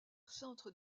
centres